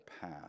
path